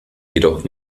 jedoch